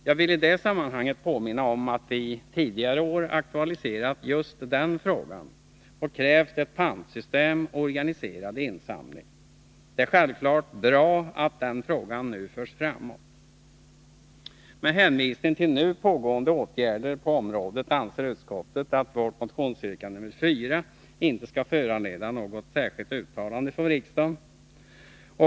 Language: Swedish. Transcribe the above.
Jag vill i det sammanhanget påminna om att vi tidigare år aktualiserat just den frågan och krävt ett pantsystem och organiserad insamling. Det är självfallet bra att den frågan nu förs framåt. Med hänvisning till nu pågående åtgärder på området anser utskottet att vårt motionsyrkande nr 4 inte skall föranleda något särskilt uttalande från riksdagen.